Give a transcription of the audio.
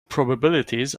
probabilities